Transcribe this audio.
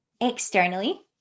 externally